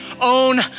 own